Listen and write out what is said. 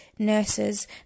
Nurses